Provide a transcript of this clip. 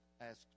asked